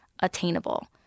attainable